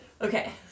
okay